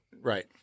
Right